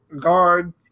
guard